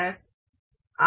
आप इसे देख सकते हैं